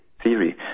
theory